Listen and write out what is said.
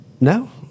No